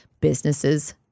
businesses